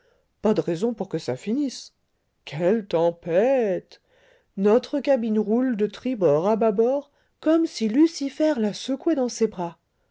pas de raison pour que ça finisse quelle tempête notre cabine roule de tribord à bâbord comme si lucifer la secouait dans ses bras